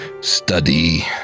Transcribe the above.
study